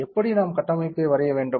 எப்படி நாம் கட்டமைப்பை வரைய வேண்டும்